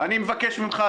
אני מבקש ממך.